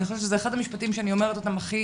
אני חושבת שזה אחד המשפטים שאני אומרת אותם הכי